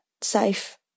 safe